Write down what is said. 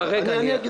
אני אגיד,